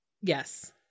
Yes